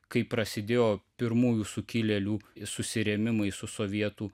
kai prasidėjo pirmųjų sukilėlių susirėmimai su sovietų